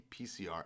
PCR